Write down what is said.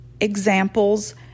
examples